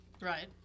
Right